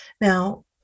now